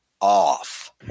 off